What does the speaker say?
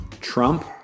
Trump